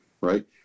right